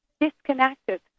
disconnected